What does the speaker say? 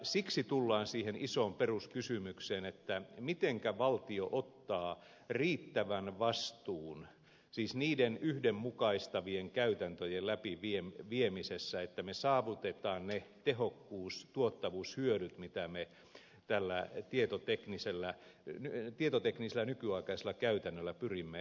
siksi tulemme siihen isoon peruskysymykseen mitenkä valtio ottaa riittävän vastuun niiden yhdenmukaistavien käytäntöjen läpiviemisessä että me saavutamme ne tehokkuus tuottavuushyödyt mitä me tällä tietoteknisellä nykyaikaisella käytännöllä pyrimme saavuttamaan